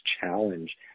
challenge